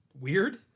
weird